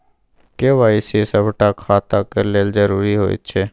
KYC सभटा खाताक लेल जरुरी होइत छै